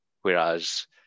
whereas